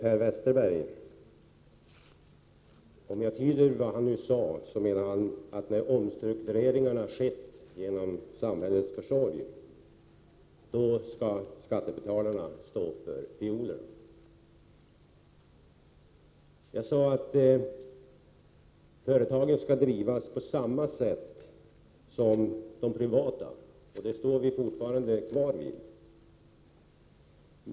Fru talman! Vad Per Westerberg nyss sade tyder jag så att när omstruktureringar sker genom samhällets försorg, då skall skattebetalarna stå för fiolerna. Jag sade att de statliga företagen skall drivas på samma sätt som de privata. Det står vi fortfarande fast vid.